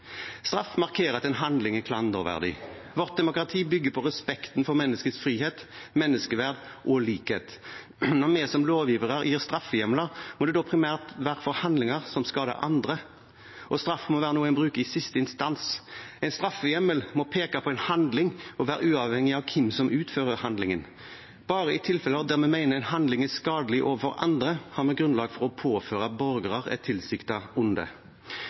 Straff markerer at en handling er klanderverdig. Vårt demokrati bygger på respekten for menneskets frihet, menneskeverd og likhet. Når vi som lovgivere gir straffehjemler, må det da primært være for handlinger som skader andre, og straff må være noe en bruker i siste instans. En straffehjemmel må peke på en handling og være uavhengig av hvem som utfører handlingen. Bare i tilfeller der vi mener en handling er skadelig overfor andre, har vi grunnlag for å påføre borgere et tilsiktet onde.